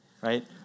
right